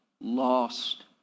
lost